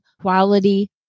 quality